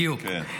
בדיוק.